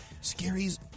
Scary's